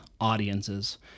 audiences